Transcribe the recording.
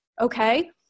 Okay